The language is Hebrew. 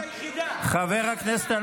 המנכ"לית היחידה.